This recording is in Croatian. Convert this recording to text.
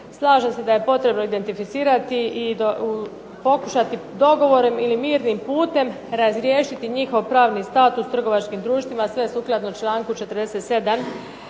slažem se da je potrebno identificirati i pokušati dogovorom ili mirnim putem razriješiti njihov pravni sustav trgovačkim društvima sve sukladno članku 47.